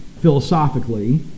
philosophically